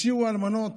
השאירו אלמנות,